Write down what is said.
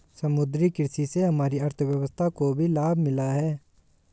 समुद्री कृषि से हमारी अर्थव्यवस्था को भी लाभ मिला है